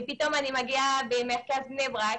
ופתאום אני מגיעה למרכז בני ברק,